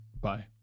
Bye